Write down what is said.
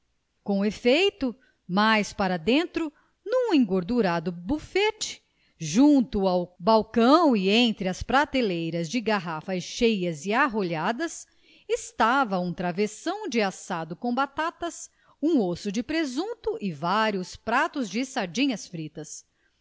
com efeito mais para dentro num engordurado bufete junto ao balcão e entre as prateleiras de garrafas cheias e arrolhadas estava um travessão de assado com batatas um osso de presunto e vários pratos de sardinhas fritas